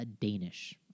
Danish